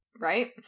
right